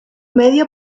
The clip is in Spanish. medio